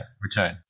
return